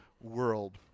world